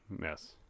Yes